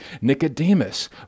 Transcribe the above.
Nicodemus